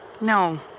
No